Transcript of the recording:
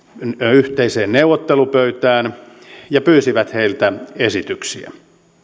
yhteiseen neuvottelupöytään ja pyysi heiltä esityksiä